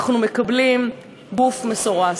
אנחנו מקבלים גוף מסורס.